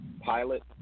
pilot